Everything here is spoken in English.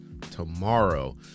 tomorrow